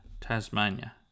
Tasmania